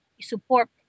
support